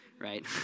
right